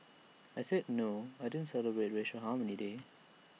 I said no I didn't celebrate racial harmony day